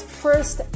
first